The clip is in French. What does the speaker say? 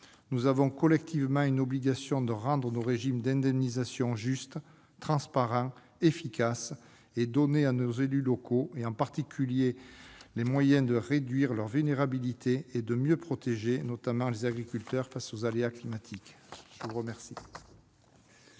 Nous avons collectivement l'obligation de rendre nos régimes d'indemnisation justes, transparents, efficaces, de donner à nos élus locaux et aux particuliers les moyens de réduire leur vulnérabilité et de mieux protéger les agriculteurs contre les aléas climatiques. La parole